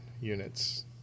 units